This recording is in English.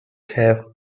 have